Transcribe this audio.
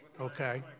Okay